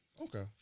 Okay